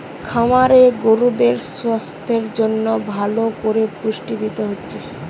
খামারে গরুদের সাস্থের জন্যে ভালো কোরে পুষ্টি দিতে হচ্ছে